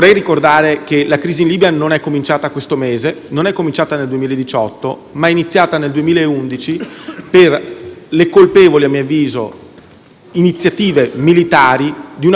dicendo che l'anticamera a Sud del nostro Paese non può essere lasciata passivamente alle azioni di altri. Con equilibrio, perseveranza e pazienza